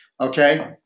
okay